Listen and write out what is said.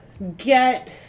get